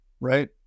right